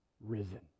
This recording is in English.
risen